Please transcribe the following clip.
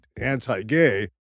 anti-gay